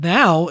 now